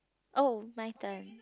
oh my turn